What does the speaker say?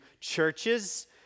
churches